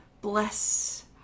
Bless